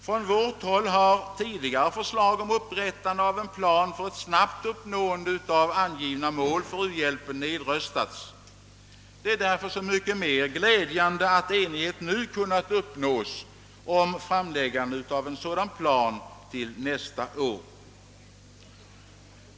Från vårt håll har tidigare förslag om upprättande av en plan för ett snabbt uppnående av angivna mål för u-hjälpen nedröstats. Därför är det så mycket mer glädjande att enighet nu har kunnat uppnås om framläggande av en sådan plan till nästa år.